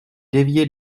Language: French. dévier